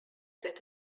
that